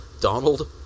Donald